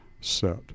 set